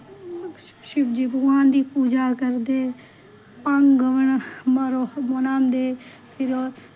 शिव जी भगवान दी पूज़ा करदे भंग मरो बनांदे फिर